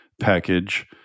package